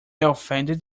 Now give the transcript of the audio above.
offended